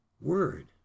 word